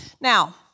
Now